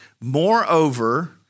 Moreover